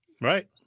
right